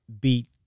beat